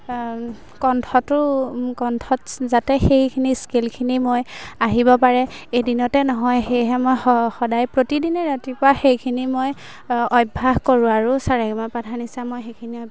কণ্ঠটো কণ্ঠত যাতে সেইখিনি স্কিলখিনি মই আহিব পাৰে এদিনতে নহয় সেয়েহে মই সদায় প্ৰতিদিনে ৰাতিপুৱা সেইখিনি মই অভ্যাস কৰোঁ আৰু সাৰেগামাপাধানিসা মই সেইখিনি অভ্যাস